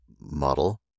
model